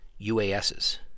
UASs